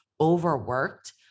overworked